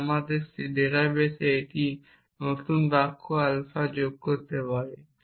বা আমরা আমাদের ডেটা বেসে এই নতুন বাক্য আলফা যোগ করতে পারি